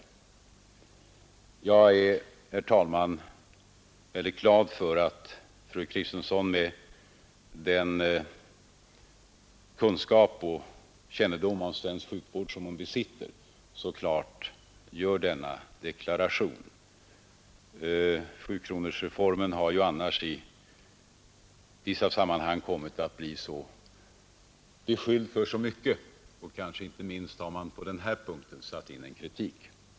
Jag är glad för att fru Kristensson, med den kunskap om svensk sjukvård som hon besitter, så klart gör denna deklaration. Sjukronorsreformen har annars i vissa sammanhang blivit beskylld för så mycket; inte minst har man satt in kritik på denna punkt.